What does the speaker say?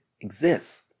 exists